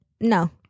no